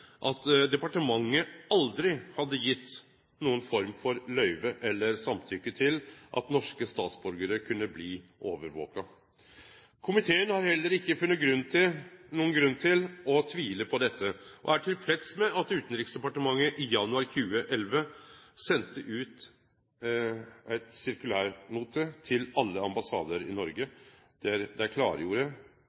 at departementet aldri hadde gjeve noka form for løyve eller samtykke til at norske statsborgarar kunne bli overvakte. Komiteen har heller ikkje funne nokon grunn til å tvile på dette og er tilfreds med at Utanriksdepartementet i januar 2011 sende ut ein sirkulærnote til alle ambassadar i Noreg, der dei klargjorde